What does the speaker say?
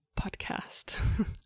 podcast